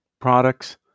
products